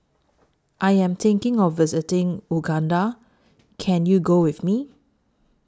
I Am thinking of visiting Uganda Can YOU Go with Me